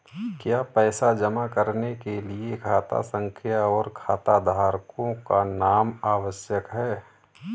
क्या पैसा जमा करने के लिए खाता संख्या और खाताधारकों का नाम आवश्यक है?